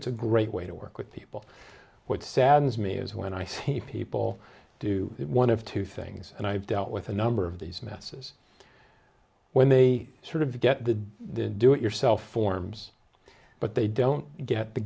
it's a great way to work with people what saddens me is when i see people do one of two things and i've dealt with a number of these messes when they sort of get the do it yourself forms but they don't get the